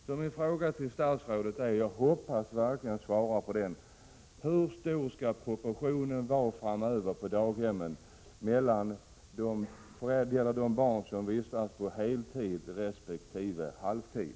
Min fråga till statsrådet, som jag verkligen hoppas att han skall svara på, är alltså: Hur skall proportionen vara framöver på daghemmen mellan de barn som vistas där på heltid resp. de som vistas där på halvtid?